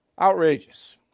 Outrageous